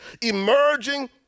emerging